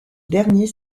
dernier